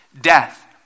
death